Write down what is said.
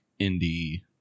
indie